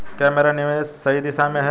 क्या मेरा निवेश सही दिशा में है?